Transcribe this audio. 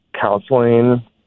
counseling